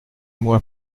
moi